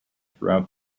throughout